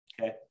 okay